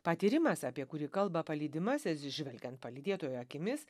patyrimas apie kurį kalba palydimasis žvelgiant palydėtojo akimis